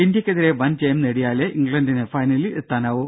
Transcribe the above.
ഇന്ത്യക്കെതിരെ വൻ ജയം നേടിയാലേ ഇംഗ്ലണ്ടിന് ഫൈനലിൽ എത്താനാവൂ